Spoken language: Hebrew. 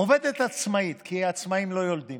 עובדת עצמאית, עצמאים לא יולדים,